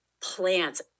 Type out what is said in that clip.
plants